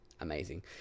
amazing